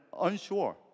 unsure